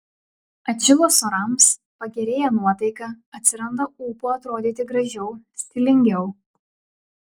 atšilus orams pagerėja nuotaika atsiranda ūpo atrodyti gražiau stilingiau